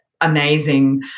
amazing